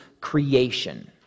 creation